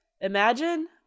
Imagine